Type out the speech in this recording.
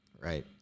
Right